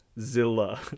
zilla